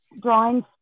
drawings